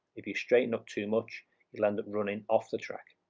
if you straighten up too much you'll end up running off the track.